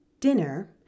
Dinner